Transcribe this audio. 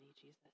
Jesus